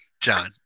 John